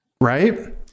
Right